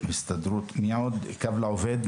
מי נמצא אתנו מקו לעובד?